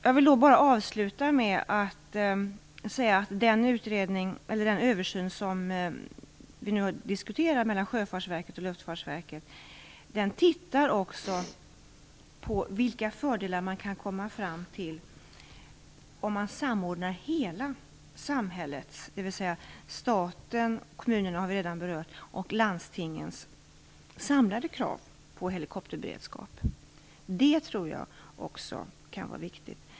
Jag vill också säga att man i den översyn som görs av Sjöfartsverket och Luftfartsverket och som vi nu diskuterar också tittar på de fördelar som kan uppnås om hela samhällets krav - dvs. statens och kommunernas, som vi redan berört, samt landstingets krav - samordnas när det gäller helikopterberedskap. Det tror jag också kan vara viktigt.